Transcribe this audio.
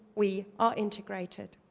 we are integrated.